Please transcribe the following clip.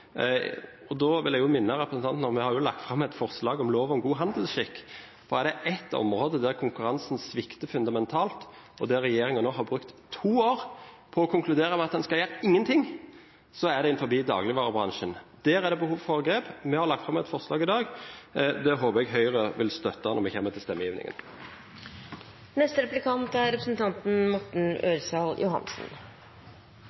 rikdom. Da vil jeg minne representanten om – jeg har lagt fram et forslag om lov om god handelsskikk – at er det et område der konkurransen svikter fundamentalt, og der regjeringen har brukt to år på å konkludere med at en ikke skal gjøre noen ting, så er det innen dagligvarebransjen. Der er det behov for å ta grep. Vi har lagt fram et forslag i dag, og det håper jeg Høyre vil støtte når vi kommer til stemmegivningen. Representanten